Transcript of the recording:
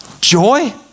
Joy